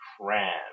Cram